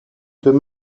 deux